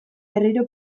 berriro